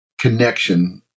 connection